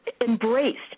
embraced